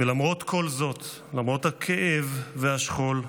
ולמרות כל זאת, למרות הכאב והשכול,